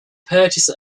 purchase